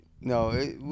No